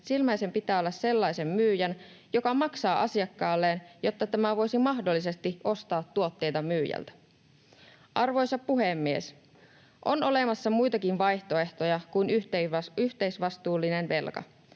sinisilmäinen pitää olla sellaisen myyjän, joka maksaa asiakkaalleen, jotta tämä voisi mahdollisesti ostaa tuotteita myyjältä? Arvoisa puhemies! On olemassa muitakin vaihtoehtoja kuin yhteisvastuullinen velka.